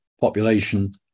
population